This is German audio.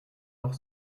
doch